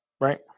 right